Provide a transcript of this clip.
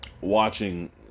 watching